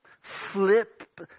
flip